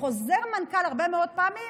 חוזר מנכ"ל, הרבה מאוד פעמים